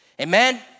Amen